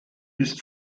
ist